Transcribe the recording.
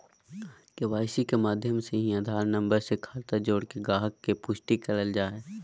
KYC के माध्यम से ही आधार नम्बर खाता से जोड़के गाहक़ के पुष्टि करल जा हय